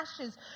ashes